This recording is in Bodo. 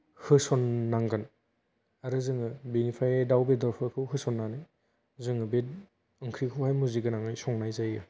होसननांगोन आरो जोङो बेनिफ्राय दाउ बेदरफोरखौ होसननानै जोङो बे ओंख्रिखौहाय मुजिगोनाङै संनाय जायो